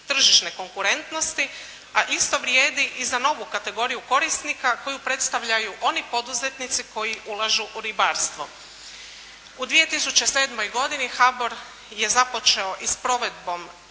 tržišne konkurentnosti, a isto vrijedi i za novu kategoriju korisnika koju predstavljaju oni poduzetnici koji ulažu u ribarstvo. U 2007. godini HBOR je započeo i s provedbom